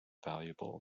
valuable